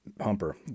humper